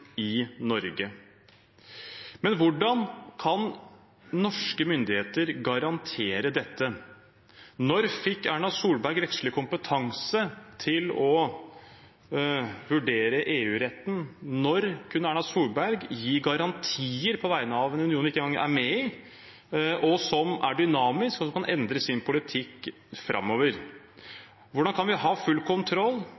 i Norge. Men hvordan kan norske myndigheter garantere dette? Når fikk Erna Solberg rettslig kompetanse til å vurdere EU-retten? Når kunne Erna Solberg gi garantier på vegne av en union hun ikke engang er med i, som er dynamisk, og som kan endre sin politikk